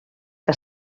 que